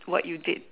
what you did